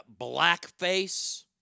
blackface